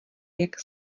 jak